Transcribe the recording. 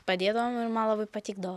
padėdavom ir man labai patikdavo